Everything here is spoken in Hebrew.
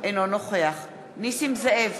אינו נוכח נסים זאב,